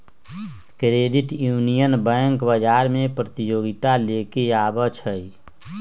credit union bank बजार में प्रतिजोगिता लेके आबै छइ